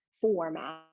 format